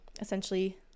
essentially